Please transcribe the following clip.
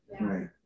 Right